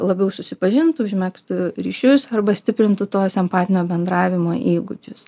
labiau susipažintų užmegztų ryšius arba stiprintų to sempatinio bendravimo įgūdžius